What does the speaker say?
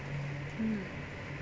mm